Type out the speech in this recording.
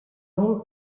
nul